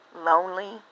Lonely